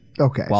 Okay